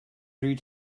three